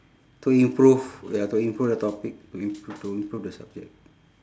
to improve ya to improve the topic to improve to improve the subject